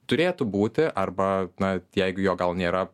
turėtų būti arba na jeigu jo gal nėra